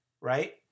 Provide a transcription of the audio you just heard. right